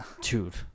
dude